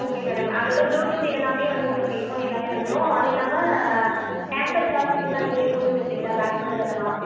okay madam அதோடு bluetooth இது எல்லாமே வந்து உங்களுக்கு ஹெட் ஃபோன் எல்லாமே வந்துடும் அது இல்லாமல் டேம்பர் கிளாஸ் இது எல்லாம் நீங்களே போட்டு கொடுத்துருவீங்களா பேக் கவர் அதெல்லாம்